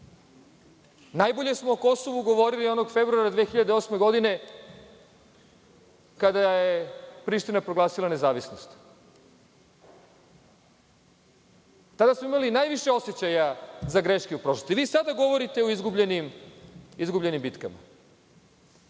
Najbolje smo o Kosovu govorili onog februara 2008. godine kada je Priština proglasila nezavisnost. Tada smo imali najviše osećaja za greške u prošlosti. Vi sada govorite o izgubljenim bitkama.